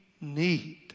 need